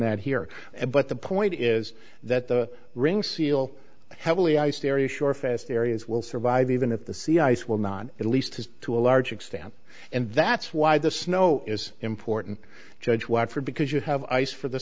that here but the point is that the ring seal heavily i steria sure fast areas will survive even if the sea ice will not at least to a large extent and that's why the snow is important judge watch for because you have ice for the